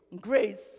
grace